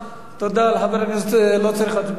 תודה לחבר הכנסת, לא צריך הצבעה.